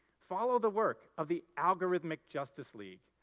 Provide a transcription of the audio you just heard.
follow the work of the algorithmic justice league.